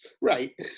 Right